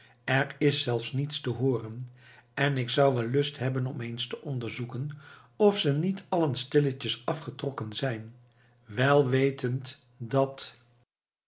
er is zelfs niets te hooren en ik zou wel lust hebben om eens te onderzoeken of ze niet allen stilletjes afgetrokken zijn wel wetend dat